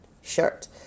shirt